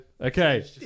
Okay